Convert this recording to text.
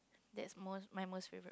that's most my most favorite